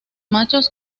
machos